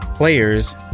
Players